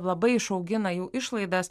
labai išaugina jų išlaidas